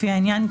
לפי העניין,